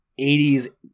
80s